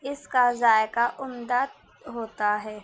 اس کا ذائقہ عمدہ ہوتا ہے